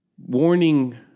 warning